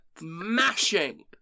mashing